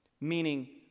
meaning